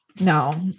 No